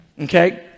Okay